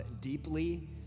deeply